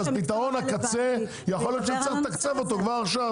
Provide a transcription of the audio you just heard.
אז יכול להיות שיהיה צריך לתקצב את פתרון הקצה כבר מעכשיו,